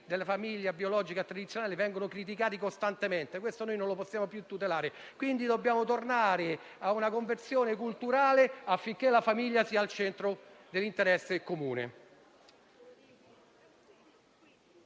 della famiglia biologica tradizionale vengono criticati costantemente. Questo noi non lo possiamo tollerare. Dobbiamo tornare a una conversione culturale affinché la famiglia sia il centro dell'interesse comune.